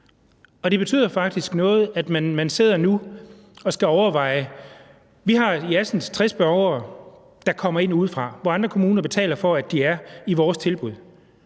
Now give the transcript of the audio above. det betyder faktisk noget, at man nu sidder og skal overveje, for vores vedkommende, at vi i Assens har 60 borgere, der kommer ind udefra, hvor andre kommuner betaler for, at de er i vores tilbud,